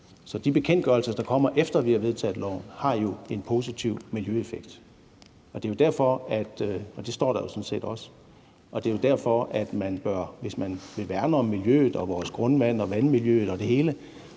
så de bekendtgørelser, der kommer, efter vi har vedtaget loven, har jo en positiv miljøeffekt, og det står der jo sådan set også. Og det er jo derfor, at man, hvis man vil værne om miljøet, vores grundvand, vandmiljøet og det hele,